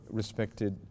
respected